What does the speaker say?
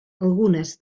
algunes